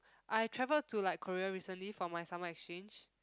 I travel to like Korea recently for my summer exchange